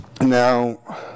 Now